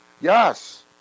Yes